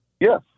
Yes